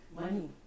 money